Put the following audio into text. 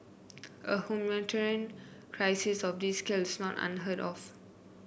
a humanitarian crisis of this scale is not unheard of